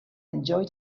enjoy